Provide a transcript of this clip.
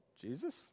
Jesus